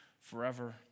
forever